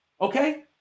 Okay